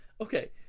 Okay